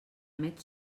emet